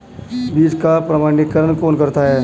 बीज का प्रमाणीकरण कौन करता है?